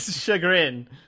chagrin